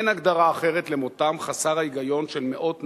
אין הגדרה אחרת למותם חסר ההיגיון של מאות נשים,